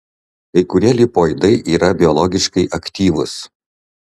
kai kurie lipoidai yra biologiškai aktyvūs